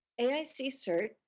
AIC-CERT